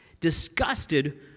disgusted